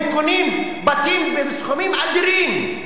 הם קונים בתים בסכומים אדירים,